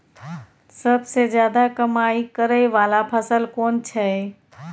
सबसे ज्यादा कमाई करै वाला फसल कोन छै?